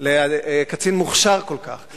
לקצין מוכשר כל כך,